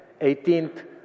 18th